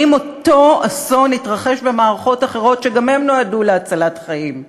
האם אותו אסון התרחש במערכות אחרות שגם הן נועדו להצלת חיים?